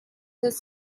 this